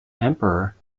emperor